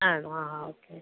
ആണോ ആ ആ ഓക്കെ